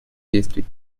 действий